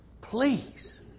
please